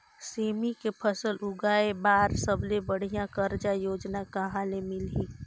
सेमी के फसल उगाई बार सबले बढ़िया कर्जा योजना कहा ले मिलही?